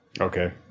Okay